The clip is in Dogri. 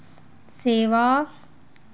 सेवा